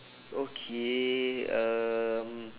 okay um